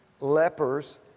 lepers